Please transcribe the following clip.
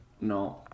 no